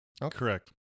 Correct